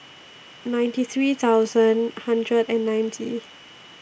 ninety three thousand hundred and ninety